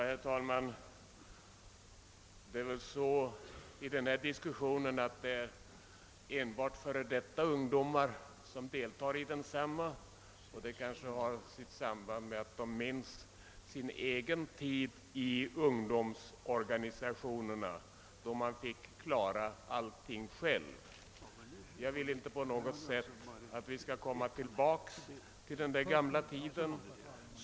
Herr talman! I denna diskussion tycks det vara enbart före detta ungdomar som deltar och det kanske har samband med att de minns sin egen tid i ungdomsorganisationerna då man fick kla ra allting själv. Jag vill inte på något sätt att vi skall komma tillbaka till den tidens förhållanden.